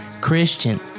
Christian